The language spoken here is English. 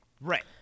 Right